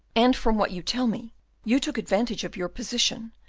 and from what you tell me you took advantage of your position,